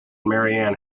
marianne